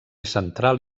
central